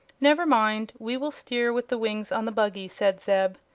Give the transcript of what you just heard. never mind we will steer with the wings on the buggy, said zeb.